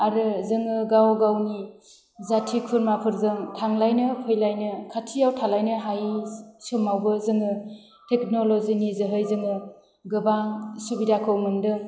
आरो जोङो गाव गावनि जाथि खुरमाफोरजों थांलायनो फैलायनो खाथियाव थालायनो हायि सामावबो जोङो टेक्नल'जिनि जोहै जोङो गोबां सुबिदाखौ मोनदों